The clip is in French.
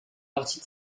partie